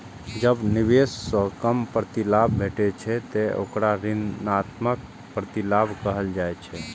जब निवेश सं कम प्रतिलाभ भेटै छै, ते ओकरा ऋणात्मक प्रतिलाभ कहल जाइ छै